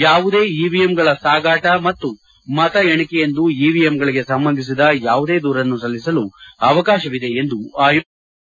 ಯಾವುದೇ ಇವಿಎಮ್ಗಳ ಸಾಗಾಟ ಮತ್ತು ಮತ ಎಣಿಕೆಯಂದು ಇವಿಎಮ್ಗಳಿಗೆ ಸಂಬಂಧಿಸಿದ ಯಾವುದೇ ದೂರನ್ನು ಸಲ್ಲಿಸಲು ಅವಕಾಶವಿದೆ ಎಂದು ಆಯೋಗ ತಿಳಿಸಿದೆ